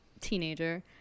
teenager